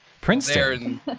princeton